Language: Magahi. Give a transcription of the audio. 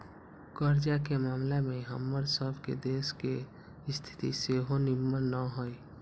कर्जा के ममला में हमर सभ के देश के स्थिति सेहो निम्मन न हइ